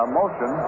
motion